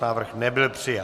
Návrh nebyl přijat.